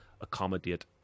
accommodate